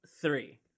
three